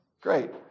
Great